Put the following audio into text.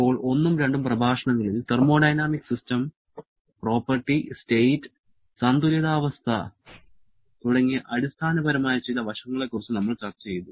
ഇപ്പോൾ ഒന്നും രണ്ടും പ്രഭാഷണങ്ങളിൽ തെർമോഡൈനാമിക് സിസ്റ്റം പ്രോപ്പർട്ടി സ്റ്റേറ്റ് സന്തുലിതാവസ്ഥ തുടങ്ങിയ അടിസ്ഥാനപരമായ ചില വശങ്ങളെക്കുറിച്ച് നമ്മൾ ചർച്ചചെയ്തു